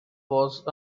was